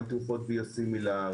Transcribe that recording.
גם תרופות ביוסימילר,